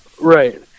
Right